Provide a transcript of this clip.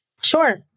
Sure